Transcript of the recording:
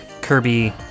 Kirby